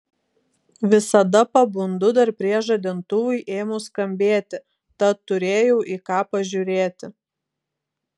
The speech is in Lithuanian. visada pabundu dar prieš žadintuvui ėmus skambėti tad turėjau į ką pažiūrėti